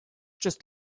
just